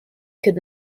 could